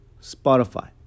Spotify